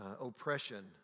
oppression